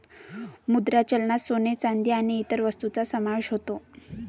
मुद्रा चलनात सोने, चांदी आणि इतर वस्तूंचा समावेश होतो